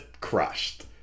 crushed